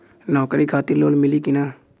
नौकरी खातिर लोन मिली की ना?